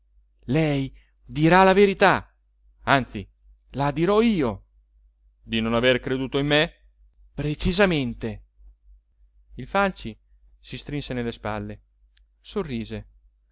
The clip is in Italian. lei dirà la verità anzi la dirò io di non aver creduto in me precisamente il falci si strinse nelle spalle sorrise